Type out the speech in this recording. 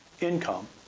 income